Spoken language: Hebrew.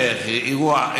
זה אירוע חריג,